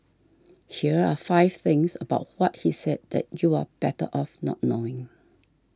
here are five things about what he said that you're better off not knowing